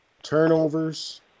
turnovers